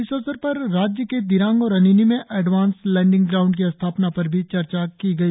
इस अवसर पर राज्य के दिरांग और अनिनि में एडवांस लैंडिंग ग्रांड की स्थापना पर भी चर्चा की गई